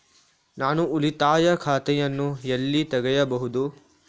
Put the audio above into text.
ನಾನು ಉಳಿತಾಯ ಖಾತೆಯನ್ನು ಎಲ್ಲಿ ತೆಗೆಯಬಹುದು?